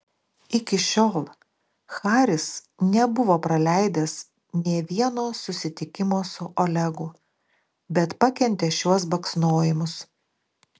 iki šiol haris nebuvo praleidęs nė vieno susitikimo su olegu bet pakentė šiuos baksnojimus